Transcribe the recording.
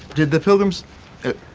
did the pilgrims ah,